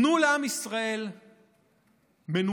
תנו לעם ישראל מנוחה,